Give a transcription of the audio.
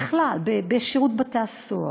בכלל: בשירות בתי-הסוהר,